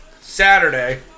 Saturday